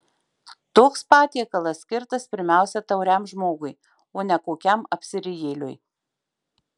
toks patiekalas skirtas pirmiausia tauriam žmogui o ne kokiam apsirijėliui